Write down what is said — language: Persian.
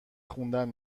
خوندن